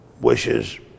wishes